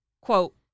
Quote